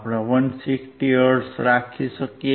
આપણે 160 હર્ટ્ઝ રાખી શકીએ